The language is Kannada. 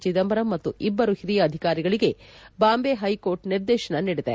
ಚಿದಂಬರಂ ಮತ್ತು ಇಬ್ಲರು ಹಿರಿಯ ಅಧಿಕಾರಿಗಳಿಗೆ ಬಾಂಬೆ ಹೈಕೋರ್ಟ್ ನಿರ್ದೇಶನ ನೀಡಿದೆ